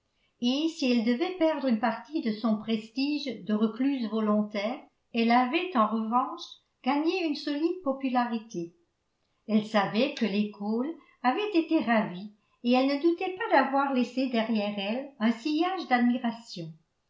et si elle devait perdre une partie de son prestige de recluse volontaire elle avait en revanche gagné une solide popularité elle savait que les cole avaient été ravis et elle ne doutait pas d'avoir laissé derrière elle un sillage d'admiration